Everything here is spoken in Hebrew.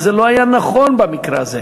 וזה לא היה נכון במקרה הזה.